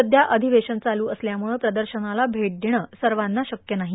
सध्या अधिवेशन चालू असल्यामुळं प्रदर्शनाला भेट देणं सर्वांना शक्य नाही आहे